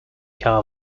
car